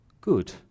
good